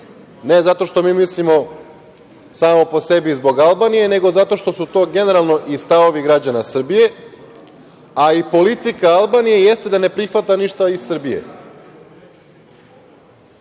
ne zato što mi mislimo samo po sebi zbog Albanije, nego zato što su to generalno i stavovi građana Srbije, a i politika Albanije jeste da ne prihvata ništa iz